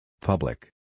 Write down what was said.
Public